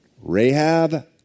Rahab